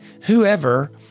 whoever